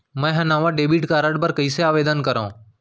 मै हा नवा डेबिट कार्ड बर कईसे आवेदन करव?